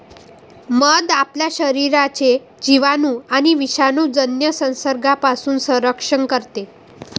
मध आपल्या शरीराचे जिवाणू आणि विषाणूजन्य संसर्गापासून संरक्षण करते